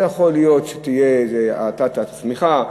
יכול להיות שתהיה האטה בצמיחה.